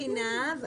אני מבינה,